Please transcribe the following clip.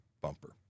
bumper